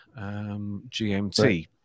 GMT